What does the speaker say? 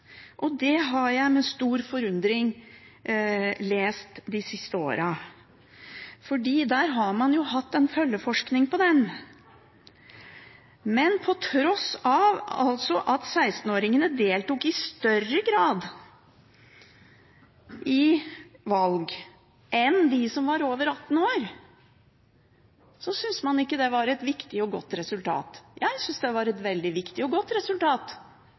Det har jeg lest med stor forundring de siste åra, for der har man hatt en følgeforskning, men på tross av at 16-åringene deltok i større grad i valg enn de som var over 18 år, syntes man ikke det var et viktig og godt resultat. Jeg synes det var et veldig viktig og godt resultat